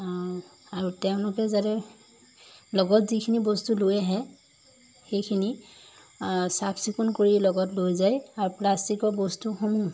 আৰু তেওঁলোকে যাতে লগত যিখিনি বস্তু লৈ আহে সেইখিনি চাফ চিকুণ কৰি লগত লৈ যায় আৰু প্লাষ্টিকৰ বস্তুসমূহ